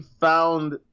found